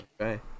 Okay